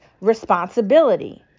responsibility